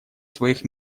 своих